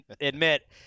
admit